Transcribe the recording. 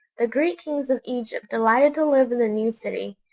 the greek kings of egypt delighted to live in the new city,